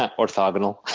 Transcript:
ah orthogonal.